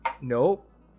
Nope